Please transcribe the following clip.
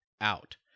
out